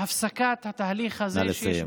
והפסקת התהליך הזה, נא לסיים.